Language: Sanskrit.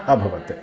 अभवत्